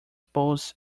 post